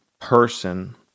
person